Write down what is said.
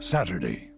Saturday